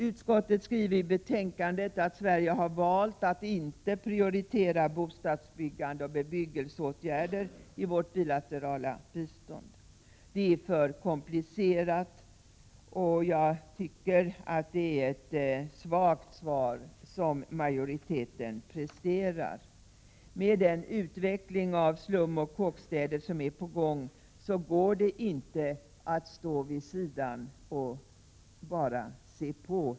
Utskottet skriver i betänkandet att Sverige har valt att inte prioritera bostadsbyggande och bebyggelseåtgärder i vårt bilaterala bistånd, eftersom detta är för komplicerat. Jag anser att det är ett svagt svar som majoriteten presterar. Med den utveckling av slum och kåkstäder som är på gång går det inte att stå vid sidan och bara se på.